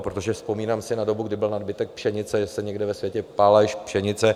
Protože vzpomínám si na dobu, kdy byl nadbytek pšenice, že se někde ve světě pálila i pšenice.